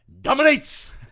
Dominates